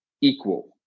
equal